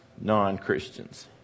non-Christians